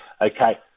Okay